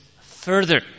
further